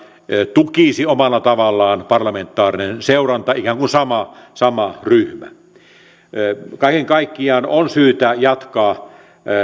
tukisi omalla tavallaan parlamentaarinen seuranta ikään kuin sama ryhmä kaiken kaikkiaan on syytä jatkaa